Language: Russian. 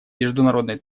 международной